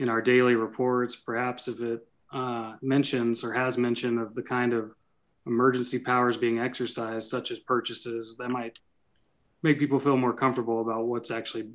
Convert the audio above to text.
in our daily reports perhaps if it mentions or has mention of the kind of emergency powers being exercised such as purchases they might make people feel more comfortable about what's actually